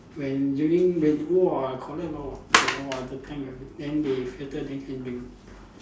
when during rain !wah! collect a lot of water !wah! the tank ah then they filter then can drink